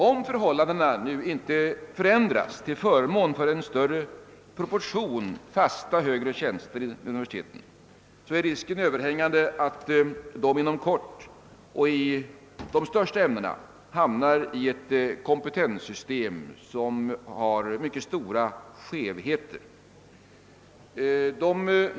Om förhållandena inte ändras så att vi får en större proportion fasta högre tjänster vid universiteten är risken överhängande att man inom kort och inom de största ämnena hamnar i ett kompetenssystem med mycket stora skevheter.